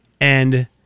And-